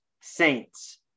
Saints